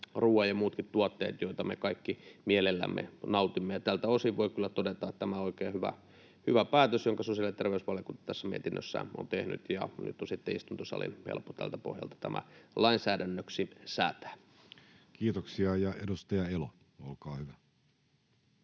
ruuan ja muutkin tuotteet, joita me kaikki mielellämme nautimme. Tältä osin voi kyllä todeta, että tämä on oikein hyvä päätös, jonka sosiaali- ja terveysvaliokunta tässä mietinnössään on tehnyt, ja nyt on sitten istuntosalin helppo tältä pohjalta tämä lainsäädännöksi säätää. Kiitoksia. — Ja edustaja Elo, olkaa hyvä.